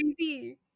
Crazy